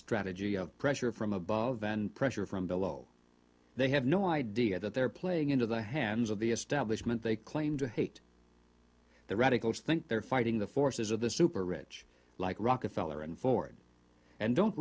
strategy of pressure from above and pressure from below they have no idea that they're playing into the hands of the establishment they claim to hate the radicals think they're fighting the forces of the super rich like rockefeller and ford and don't